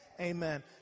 Amen